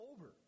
over